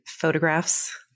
photographs